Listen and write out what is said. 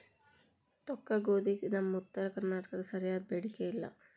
ತೊಕ್ಕಗೋಧಿಗೆ ನಮ್ಮ ಉತ್ತರ ಕರ್ನಾಟಕದಾಗ ಸರಿಯಾದ ಬೇಡಿಕೆ ಇಲ್ಲಾ